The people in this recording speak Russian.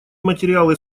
материалы